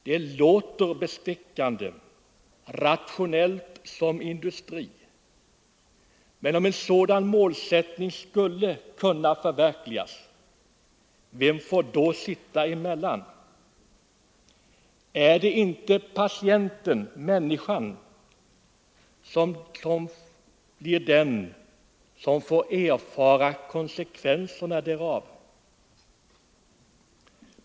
Det låter bestickande — rationellt som industri — men om en sådan ”målsättning” skulle kunna förverkligas, vem får sitta emellan? Blir det inte patienten — människan — som drabbas av konsekvenserna därav?